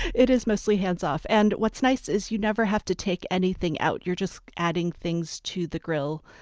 it it is mostly hands-off. and what's nice is you never have to take anything out. you're just adding things to the grill,